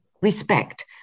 respect